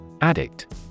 Addict